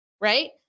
Right